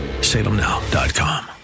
salemnow.com